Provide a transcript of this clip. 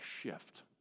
shift